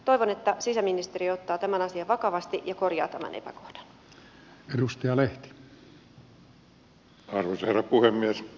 toivon että sisäministeriö ottaa tämän asian vakavasti ja korjata arvoisa herra puhemies